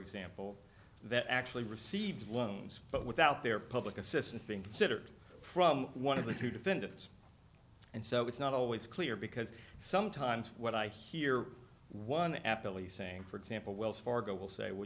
example that actually received loans but without their public assistance being considered from one of the two defendants and so it's not always clear because sometimes what i hear one aptly saying for example wells fargo will say well